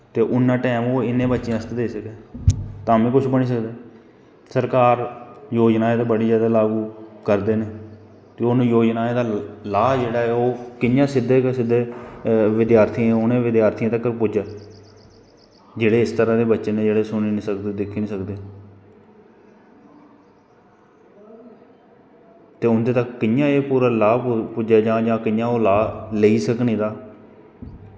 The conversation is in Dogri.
ते उन्ना टैम ओह् इनैं बच्चैं आस्तै देई सकै तां बी कुछ बनी सकदा सरकार जोयनां ते बड़ी जादा लाग्गू करदे न उन्न जोयनाएं दा लाह् जेह्ड़ा ऐ कियां सिध्दे दा सिध्दे विधार्थियें उनें विधार्थियें तक्कर पुज्जै जेह्ड़े इस तरां दे बच्चे न जेह्ड़े सुनी नी सकदे दिक्खी नी सकदे ते उंदे तक कियां एह् पूरा लाभ पुज्जै जां कियां ओह् लाभ लेई सकन एह्ॅदा